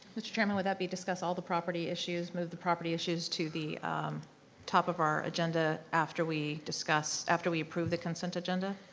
mr. chairman, would that be discuss all the property issues, move the property issues to the top of our agenda after we discuss, after we approve the consent agenda?